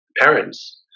parents